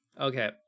Okay